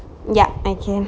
yup